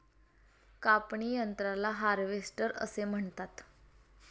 कापणी यंत्राला हार्वेस्टर असे म्हणतात